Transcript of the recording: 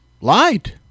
lied